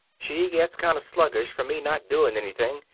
she gets kind of sluggish from me not doing anything.